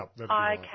Okay